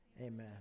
Amen